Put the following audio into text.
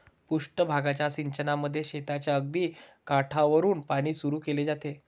पृष्ठ भागाच्या सिंचनामध्ये शेताच्या अगदी काठावरुन पाणी सुरू केले जाते